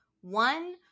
one